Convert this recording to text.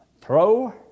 throw